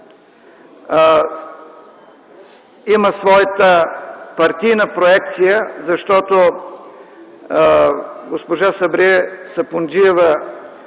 има своята партийна проекция, защото госпожа Сабрие Сапунджиева